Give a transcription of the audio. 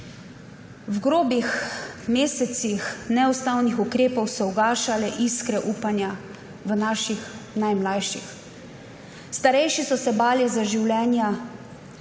V grobih mesecih neustavnih ukrepov so ugašale iskre upanja v naših najmlajših. Starejši so se bali za življenja,